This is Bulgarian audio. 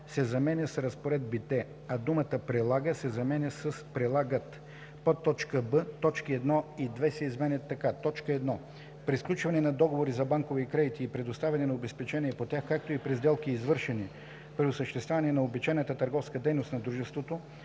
се заменя с „Разпоредбите“, а думата „прилага“ се заменя с „прилагат“; б) точки 1 и 2 се изменят така: „1. при сключване на договори за банкови кредити и предоставяне на обезпечения по тях, както и при сделки, извършени при осъществяване на обичайната търговска дейност на дружеството;